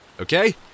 okay